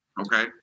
Okay